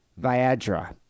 Viagra